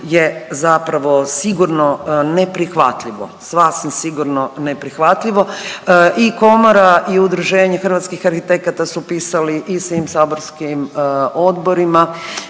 je zapravo sigurno neprihvatljivo, sasvim sigurno neprihvatljivo. I komora i Udruženje hrvatskih arhitekata su pisali i svim saborskim odborima